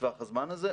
בטווח הזמן הזה,